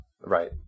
Right